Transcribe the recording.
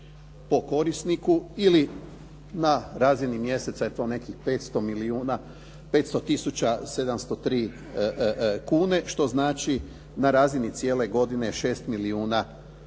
po korisniku ili na razini mjeseca je to nekih 500 703 kune, što znači na razini cijele godine 6 milijuna i